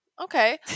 Okay